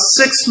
six